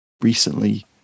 recently